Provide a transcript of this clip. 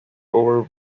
over